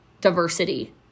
diversity